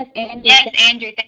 and and yes andrew, and